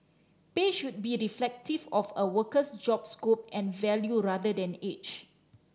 pay should be reflective of a worker's job scope and value rather than age